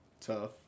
tough